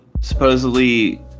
supposedly